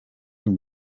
can